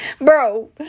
Bro